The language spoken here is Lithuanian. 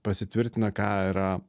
pasitvirtina ką yra